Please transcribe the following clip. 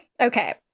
Okay